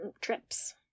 trips